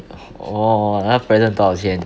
!whoa! 那个 present 多少钱